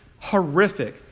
horrific